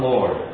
Lord